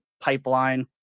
pipeline